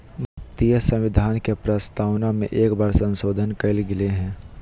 भारतीय संविधान के प्रस्तावना में एक बार संशोधन कइल गेले हइ